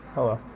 hello.